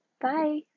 bye